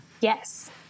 Yes